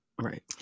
right